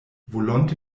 volonte